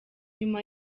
nyuma